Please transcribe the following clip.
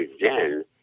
again